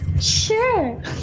sure